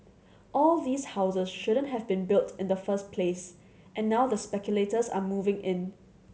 all these houses shouldn't have been built in the first place and now the speculators are moving in